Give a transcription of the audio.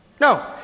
No